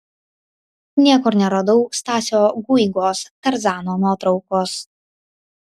niekur neradau stasio guigos tarzano nuotraukos